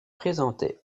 présentait